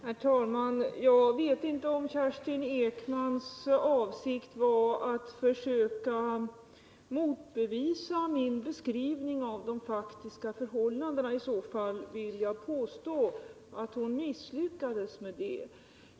Herr talman! Jag vet inte om Kerstin Ekmans avsikt var att försöka motbevisa min beskrivning av de faktiska förhållandena. Om detta verkligen var avsikten vill jag påstå att hon misslyckades.